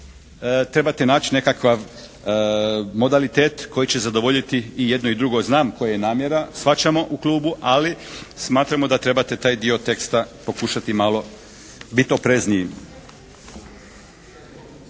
trebate naći nekakav modalitet koji će zadovoljiti i jedno i drugo. Znam koja je namjera. Shvaćamo u klubu. Ali smatramo da trebate taj dio teksta pokušati malo biti oprezniji.